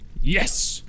Yes